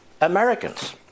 Americans